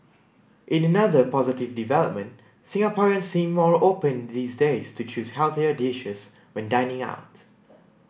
in another positive development Singaporeans seem more open these days to choosing healthier dishes when dining out